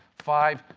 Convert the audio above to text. five,